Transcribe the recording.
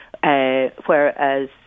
whereas